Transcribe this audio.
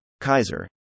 Kaiser